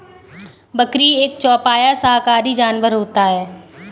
बकरी एक चौपाया शाकाहारी जानवर होता है